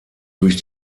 durch